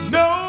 no